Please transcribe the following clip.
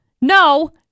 No